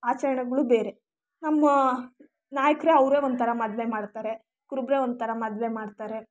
ಆಚರಣೆಗಳು ಬೇರೆ ನಮ್ಮ ನಾಯಕ್ರೇ ಅವ್ರೇ ಒಂಥರ ಮದುವೆ ಮಾಡ್ತಾರೆ ಕುರುಬರೇ ಒಂಥರ ಮದುವೆ ಮಾಡ್ತಾರೆ